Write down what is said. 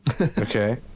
Okay